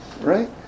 Right